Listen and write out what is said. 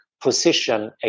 position